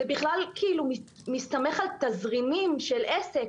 ובכלל זה כאילו מסתמך על תזרים של עסק.